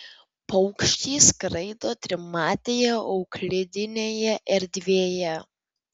paukščiai skraido trimatėje euklidinėje erdvėje